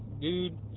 dude